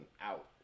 out